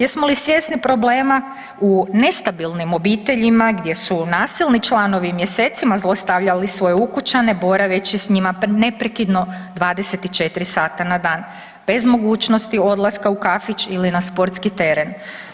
Jesmo li svjesni problema u nestabilnim obiteljima gdje su nasilni članovi mjesecima zlostavljali svoje ukućane boraveći s njima neprekidno 24 sata na dan bez mogućnosti odlaska u kafić ili na sportski teren?